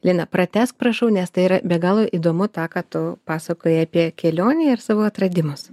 lina pratęsk prašau nes tai yra be galo įdomu tą ką tu pasakojai apie kelionę ir savo atradimus